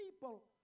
people